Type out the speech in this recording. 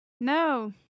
no